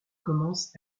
commence